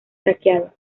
saqueado